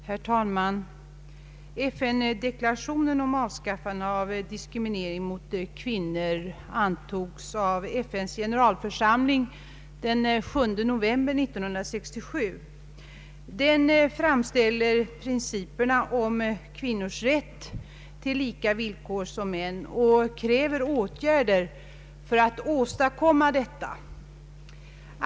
Herr talman! FN-deklarationen om avskaffande av diskriminering mot kvinnor antogs av FN:s generalförsamling den 7 november 1967. Den framställer principen om kvinnors rätt till samma villkor som männen och kräver åtgärder för att åstadkomma detta.